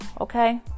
Okay